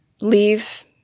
leave